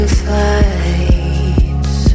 flights